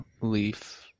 leaf